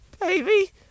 Baby